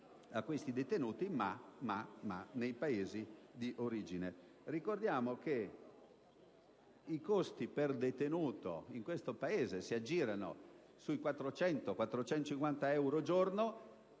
a questi detenuti, ma nei Paesi d'origine. Ricordiamo che i costi per detenuto in questo Paese si aggirano sui 400-450 euro al giorno: